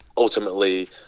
ultimately